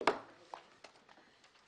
נמנעים אין תקנות הרשות הארצית לכבאות